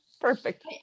Perfect